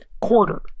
quarter